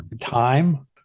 time